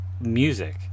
music